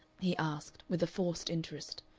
he asked, with a forced interest.